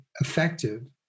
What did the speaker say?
effective